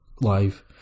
live